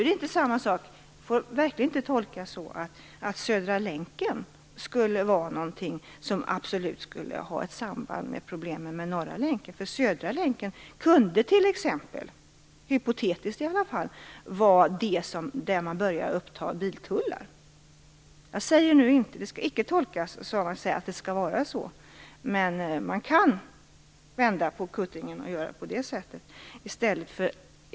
Det får verkligen inte tolkas som att Södra länken absolut skulle ha ett samband med problemen med Norra länken. Vid Södra länken skulle man, i alla fall hypotetiskt, kunna börja uppta biltullar. Detta skall icke tolkas som att jag säger att det skall vara så, men man kan vända på kuttingen och göra på det sättet i stället.